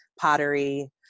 pottery